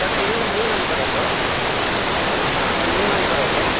तत् न्यू न्यूनं करोतु हा तत् न्यूनं करोतु